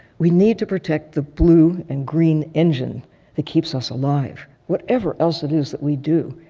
we need to protect the blue and green engine that keeps us alive, whatever else it is that we do,